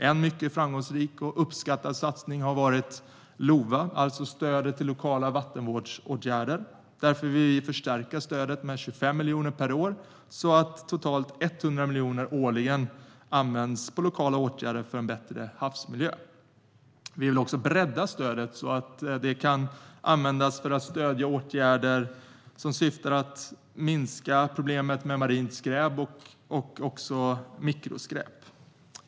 En mycket framgångsrik och uppskattad satsning är LOVA, alltså stödet till lokala vattenvårdsåtgärder. Därför vill vi förstärka stödet med 25 miljoner per år så att totalt 100 miljoner årligen används till lokala åtgärder för en bättre havsmiljö. Vi vill också bredda stödet så att det kan användas för att stödja åtgärder som syftar till att minska problemet med marint skräp och mikroskräp.